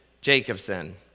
Jacobson